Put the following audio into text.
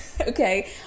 okay